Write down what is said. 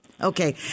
okay